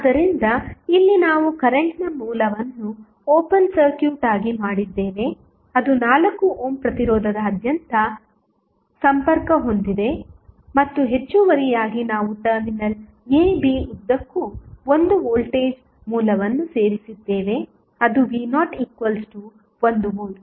ಆದ್ದರಿಂದ ಇಲ್ಲಿ ನಾವು ಕರೆಂಟ್ನ ಮೂಲವನ್ನು ಓಪನ್ ಸರ್ಕ್ಯೂಟ್ ಆಗಿ ಮಾಡಿದ್ದೇವೆ ಅದು 4 ಓಮ್ ಪ್ರತಿರೋಧದಾದ್ಯಂತ ಸಂಪರ್ಕ ಹೊಂದಿದೆ ಮತ್ತು ಹೆಚ್ಚುವರಿಯಾಗಿ ನಾವು ಟರ್ಮಿನಲ್ a b ಉದ್ದಕ್ಕೂ ಒಂದು ವೋಲ್ಟೇಜ್ ಮೂಲವನ್ನು ಸೇರಿಸಿದ್ದೇವೆ ಅದು v01 ವೋಲ್ಟ್